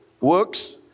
works